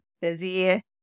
busy